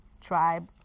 tribe